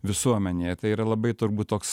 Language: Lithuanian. visuomenėje tai yra labai turbūt toks